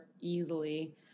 easily